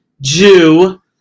Jew